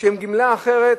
שהן גמלה אחרת,